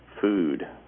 food